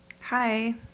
Hi